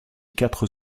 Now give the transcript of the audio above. quatre